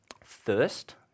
First